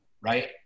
Right